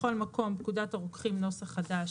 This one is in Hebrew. בכל מקום "פקודת הרוקחים (נוסח חדש),